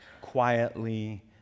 quietly